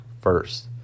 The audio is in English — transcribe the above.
first